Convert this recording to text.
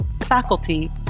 faculty